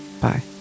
bye